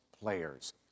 players